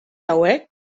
hauek